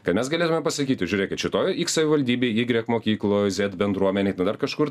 tai mes galėtume pasakyti žiūrėkit šitoj iks savivaldybėj ygrik mokykloj zet bendruomenėj arba dar kažkur